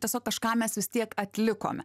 tiesiog kažką mes vis tiek atlikome